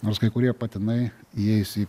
nors kai kurie patinai įeis į